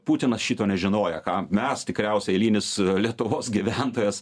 putinas šito nežinojo ką mes tikriausiai eilinis lietuvos gyventojas